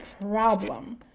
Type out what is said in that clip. problem